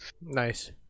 Nice